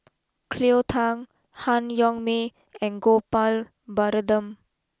Cleo Thang Han Yong May and Gopal Baratham